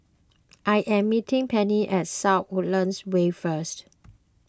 I am meeting Penni at South Woodlands Way first